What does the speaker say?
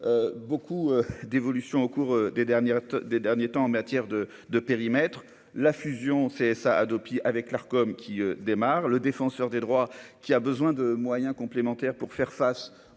beaucoup d'évolution au cours des dernières des derniers temps en matière de de périmètre la fusion CSA Hadopi avec l'Arcom comme qui démarre, le défenseur des droits, qui a besoin de moyens complémentaires pour faire face,